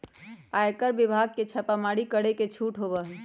आयकर विभाग के छापेमारी करे के छूट होबा हई